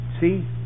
See